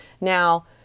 Now